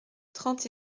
trente